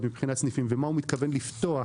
מבחינת סניפים ומה הוא מתכוון לפתוח